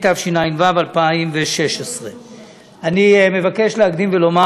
התשע"ו 2016. אני מבקש להקדים ולומר